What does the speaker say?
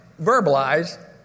verbalize